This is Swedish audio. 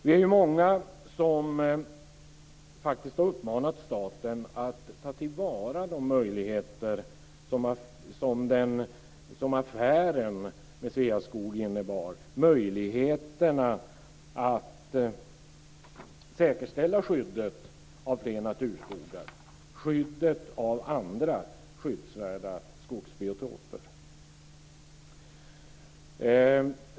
Nu är vi många som faktiskt har uppmanat staten att ta till vara de möjligheter som affären med Sveaskog innebar att säkerställa skyddet av fler naturskogar och andra skyddsvärda skogsbiotoper.